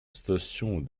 station